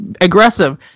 aggressive